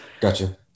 gotcha